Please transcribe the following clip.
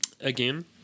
again